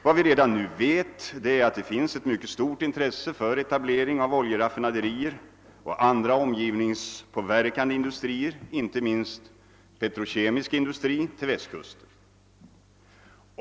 Vad vi redan nu vet är att det finns ett mycket stort intresse för etablering av oljeraffinaderier och andra omgivningspåverkande industrier, inte minst den petrokemiska industrin, till Västkusten.